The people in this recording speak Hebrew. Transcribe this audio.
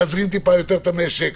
להזרים יותר את המשק.